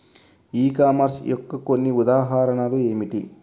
ఈ కామర్స్ యొక్క కొన్ని ఉదాహరణలు ఏమిటి?